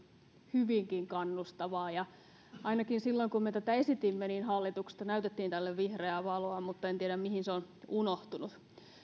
hyvinkin kannustavaa ainakin silloin kun me tätä esitimme hallituksesta näytettiin tälle vihreää valoa mutta en tiedä mihin se on unohtunut